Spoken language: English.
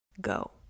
go